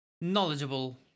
knowledgeable